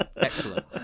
Excellent